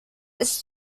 ist